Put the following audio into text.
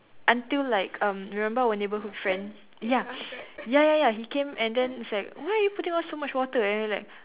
until like um remember our neighborhood friend ya ya ya ya he came and then he's like why are you putting all so much water and we were like